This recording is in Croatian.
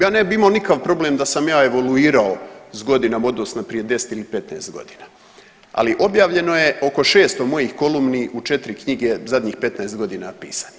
Ja ne bi imamo nikakav problem da sam ja evoluirao s godinama u odnosu na prije 10 ili 15 godina, ali objavljeno je oko 600 mojih kolumni u 4 knjige zadnjih 15 godina pisanih.